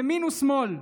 ימין ושמאל,